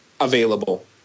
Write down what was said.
available